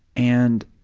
and